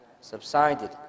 subsided